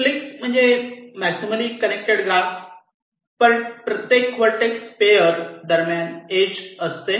click म्हणजे maximally connected graph प्रत्येक vertex pair दरम्यान इज असते